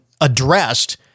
addressed